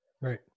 Right